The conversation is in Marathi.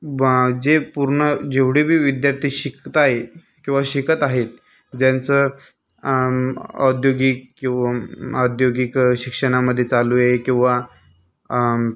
बा जे पूर्ण जेवढेबी विद्यार्थी शिकत आहेत किंवा शिकत आहेत ज्यांचं औद्योगिक किंवा औद्योगिक शिक्षणामध्ये चालू आहे किंवा